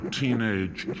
teenage